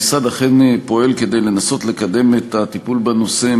המשרד אכן פועל כדי לנסות לקדם את הטיפול בנושא,